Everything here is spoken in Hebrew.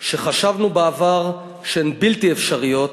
שחשבנו בעבר שהן בלתי אפשריות